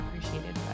appreciated